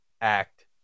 Act